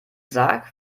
sarg